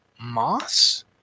moss